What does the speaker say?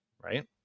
right